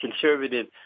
conservative